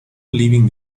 leaving